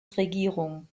regierung